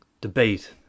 debate